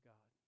God